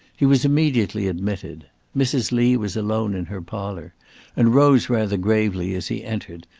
he was immediately admitted. mrs. lee was alone in her parlour and rose rather gravely as he entered,